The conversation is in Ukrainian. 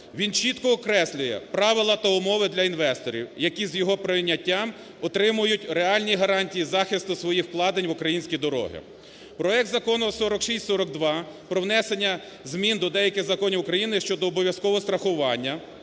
Він чітко окреслює правила та умови для інвесторів, які з його прийняттям отримують реальні гарантії захисту своїх вкладень в українські дороги. Проект Закону 4642 про внесення змін до деяких законів України щодо обов'язково страхування,